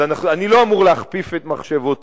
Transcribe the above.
אז אני לא אמור להכפיף את מחשבותי.